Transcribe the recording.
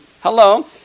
Hello